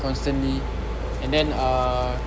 constantly and then uh